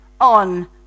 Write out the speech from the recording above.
on